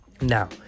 Now